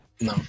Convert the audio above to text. No